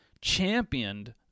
championed